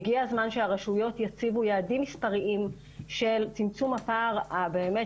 והגיע הזמן שהרשויות יציגו יעדים מספריים של צמצום הפער הבאמת